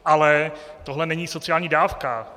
Ale tohle není sociální dávka.